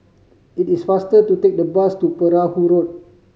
it is faster to take the bus to Perahu Road